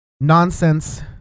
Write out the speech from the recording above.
Nonsense